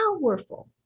Powerful